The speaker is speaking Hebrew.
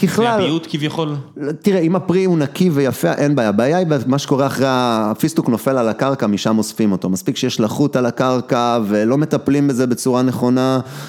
זה הבריאות כביכול. תראה, אם הפרי הוא נקי ויפה, אין בעיה. הבעיה היא מה בשקורה אחרי. הפיסטוק נופל על הקרקע, משם אוספים אותו. מספיק שיש לחות על הקרקע ולא מטפלים בזה בצורה נכונה.